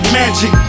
magic